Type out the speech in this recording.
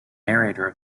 narrator